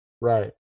Right